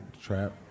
trap